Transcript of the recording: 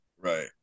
Right